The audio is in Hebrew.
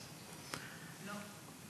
לא,